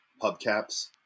hubcaps